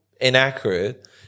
inaccurate